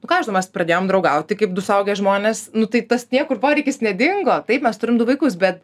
nu ką aš žinau mes pradėjom draugauti kaip du suaugę žmonės nu tai tas niekur poreikis nedingo taip mes turim du vaikus bet